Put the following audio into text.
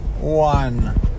one